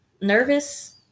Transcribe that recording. nervous